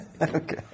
Okay